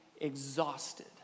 exhausted